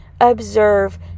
observe